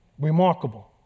Remarkable